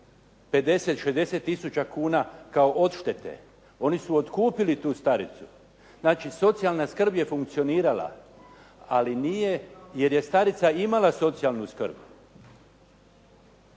50, 60 tisuća kuna kao odštete. Oni su otkupili tu staricu. Znači, socijalna skrb je funkcionirala, ali nije jer je starica imala socijalnu skrb.